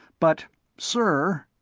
but sir.